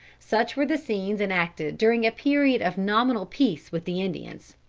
such were the scenes enacted during a period of nominal peace with the indians.